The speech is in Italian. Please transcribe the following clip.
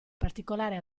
particolare